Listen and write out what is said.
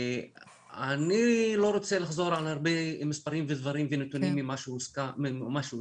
אני לא רוצה לחזור על הרבה מספרים ונתונים ממה שהוזכר,